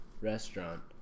restaurant